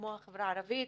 כמו החברה הערבית,